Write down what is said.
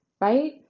right